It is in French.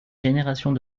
générations